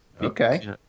Okay